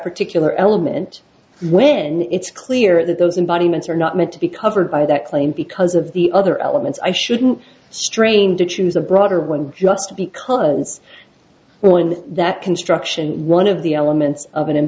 particular element when it's clear that those environments are not meant to be covered by that claim because of the other elements i shouldn't strain to choose a broader one just because well in that construction one of the elements o